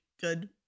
good